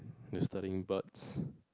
the studying parts